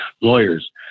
lawyers